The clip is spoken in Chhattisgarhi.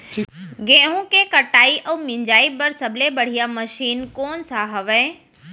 गेहूँ के कटाई अऊ मिंजाई बर सबले बढ़िया मशीन कोन सा हवये?